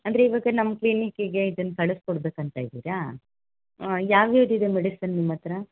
ಅಂದರೆ ಇವಾಗ ನಮ್ಮ ಕ್ಲೀನಿಕಿಗೆ ಇದನ್ನ ಕಳಿಸ್ಕೊಡ್ಬೇಕು ಅಂತ ಇದ್ದೀರಾ ಯಾವ ಯಾವ್ದು ಇದೆ ಮೆಡಿಸಿನ್ ನಿಮ್ಮ ಹತ್ರ